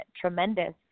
tremendous